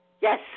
Yes